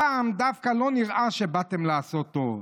// הפעם דווקא לא נראה שבאתם לעשות טוב.